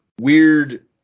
weird